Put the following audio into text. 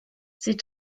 sie